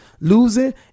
losing